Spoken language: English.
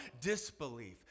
disbelief